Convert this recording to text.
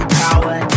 power